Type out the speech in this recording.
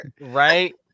right